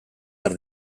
har